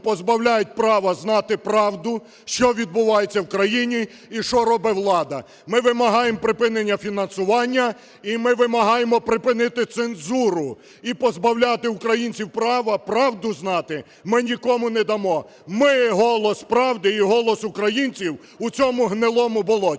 Ми вимагаємо припинення фінансування. І ми вимагаємо припинити цензуру. І позбавляти українців права правду знати ми нікому не дамо. Ми – голос правди і голос українців в цьому "гнилому болоті".